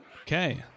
Okay